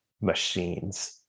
machines